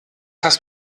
hast